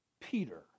Peter